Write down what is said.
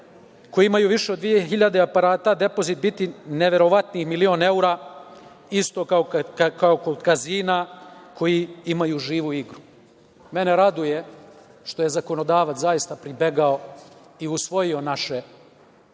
koji imaju više od 2.000 aparata depozit biti neverovatnih milion evra, isto kao kod kazina koji imaju živu igru. Mene raduje što je zakonodavac zaista pribegao i usvojio naše